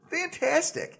Fantastic